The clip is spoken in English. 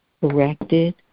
corrected